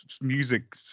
music